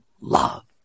love